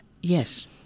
Yes